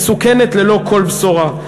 מסוכנת ללא כל בשורה.